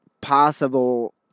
possible